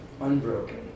unbroken